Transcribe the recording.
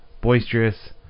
boisterous